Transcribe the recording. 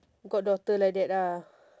goddaughter like that ah